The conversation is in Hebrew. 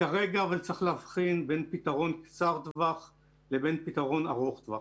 כרגע אבל צריך להבחין בין פתרון קצר טווח לבין פתרון ארוך טווח.